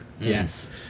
Yes